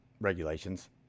regulations